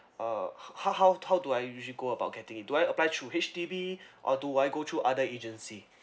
uh how how how do I usually go about getting it do I apply through H_D_B or do I go to other agency